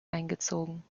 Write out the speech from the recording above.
eingezogen